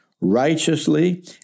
righteously